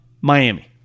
Miami